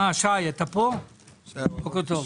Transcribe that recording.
בוקר טוב.